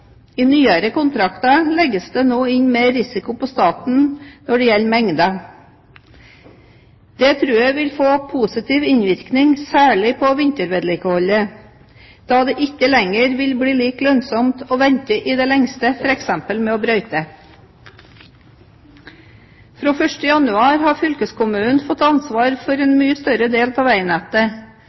I nyere kontrakter legges det nå inn mer risiko på staten når det gjelder mengder. Det tror jeg vil få positiv innvirkning særlig på vintervedlikeholdet, da det ikke lenger vil bli like lønnsomt å vente i det lengste f.eks. med å brøyte. Fra 1. januar har fylkeskommunen fått ansvar for en mye større del av veinettet,